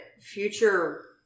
future